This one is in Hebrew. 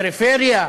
פריפריה,